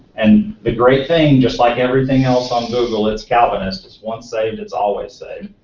and the great thing, just like everything else on google, it's calvinist. it's once saved, it's always saved.